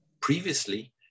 Previously